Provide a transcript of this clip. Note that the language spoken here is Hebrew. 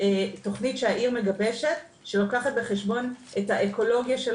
שהעיר מגבשת שלוקחת בחשבון את האקולוגיה,